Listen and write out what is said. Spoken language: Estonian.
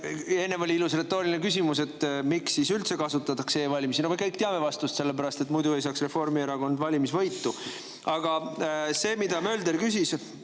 Enne oli ilus retooriline küsimus, et miks siis üldse kasutatakse e‑valimisi. No me kõik teame vastust: sellepärast, et muidu ei saaks Reformierakond valimisvõitu. Aga see, mida kolleeg Mölder küsis,